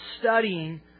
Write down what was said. studying